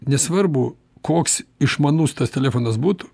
nesvarbu koks išmanus tas telefonas būtų